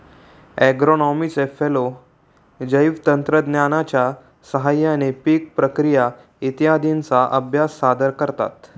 ॲग्रोनॉमीचे फेलो जैवतंत्रज्ञानाच्या साहाय्याने पीक प्रक्रिया इत्यादींचा अभ्यास सादर करतात